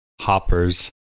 hoppers